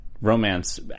Romance